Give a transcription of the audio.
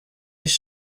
iri